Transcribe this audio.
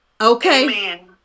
Okay